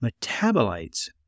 metabolites